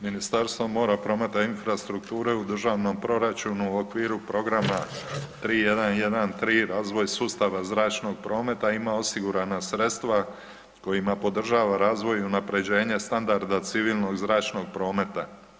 Ministarstvo mora, prometa i infrastrukture u državnom proračunu u okviru programa 3113 razvoj sustava zračnog prometa ima osigurana sredstva kojima podržava razvoj, unapređenje standarda civilnog zračnog prometa.